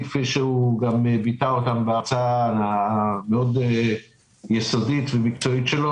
כפי שהוא ביטא אותם בהרצאה המאוד יסודית ומקצועית שלו.